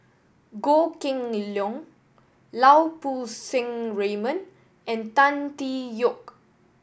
Goh Kheng Long Lau Poo Seng Raymond and Tan Tee Yoke